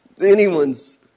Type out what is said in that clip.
anyone's